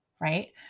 right